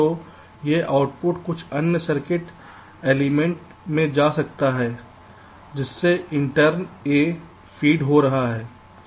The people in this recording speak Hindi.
तो यह आउटपुट कुछ अन्य सर्किट एलिमेंट में जा सकता है जिससे इंटर्न A फीड हो रहा है